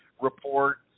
report